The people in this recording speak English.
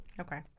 Okay